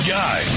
guy